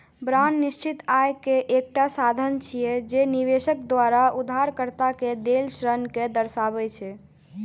bond निश्चित आय के एकटा साधन छियै, जे निवेशक द्वारा उधारकर्ता कें देल ऋण कें दर्शाबै छै